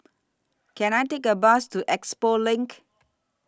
Can I Take A Bus to Expo LINK